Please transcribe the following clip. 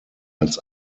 als